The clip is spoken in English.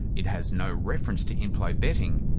it has no reference to in-play betting.